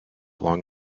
long